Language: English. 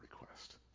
request